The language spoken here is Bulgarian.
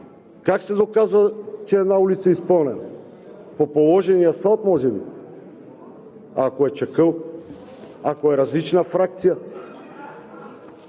Как се доказва, че една улица е изпълнена? По положения асфалт може би?! А ако е чакъл, ако е различна фракция?